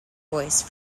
voice